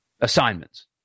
assignments